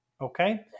okay